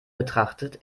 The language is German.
betrachtet